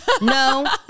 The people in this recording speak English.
No